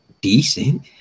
decent